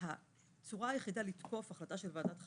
הצורה היחידה לתקוף החלטה של ועדת חריגים,